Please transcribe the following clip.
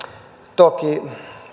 toki